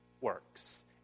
works